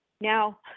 Now